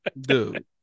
dude